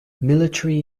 military